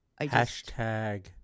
Hashtag